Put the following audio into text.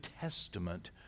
Testament